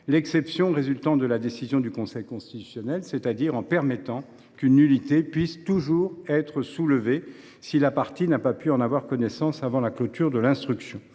l’exception résultant de la décision du Conseil constitutionnel, c’est à dire en permettant qu’une nullité puisse toujours être soulevée si la partie n’a pas pu en avoir connaissance avant la clôture de l’instruction.